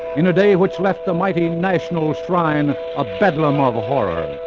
in a day which left the mighty national shrine a bedlam of horrors.